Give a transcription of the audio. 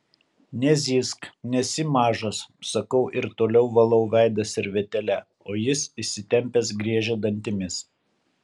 nezyzk nesi mažas sakau ir toliau valau veidą servetėle o jis įsitempęs griežia dantimis